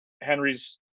Henry's